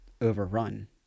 overrun